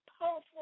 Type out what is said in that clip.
powerful